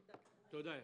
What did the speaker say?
תודה.